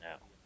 now